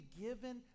given